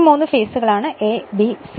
ഈ മൂന്ന് ഫേസുകളാണ് A B C